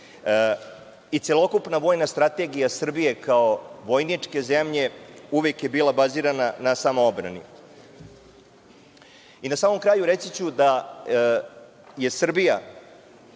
I celokupna vojna strategija Srbije kao vojničke zemlje uvek je bila bazirana na samoodbrani. Na samom kraju, reći ću je Srbija